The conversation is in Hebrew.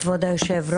כבוד היושב-ראש,